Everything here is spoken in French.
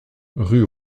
rue